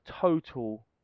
total